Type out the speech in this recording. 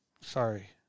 Sorry